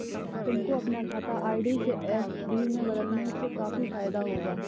तुमको अपना खाता आर.डी से एफ.डी में बदलने से काफी फायदा होगा